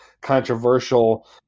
controversial